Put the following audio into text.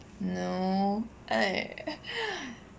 no !aiya!